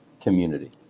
community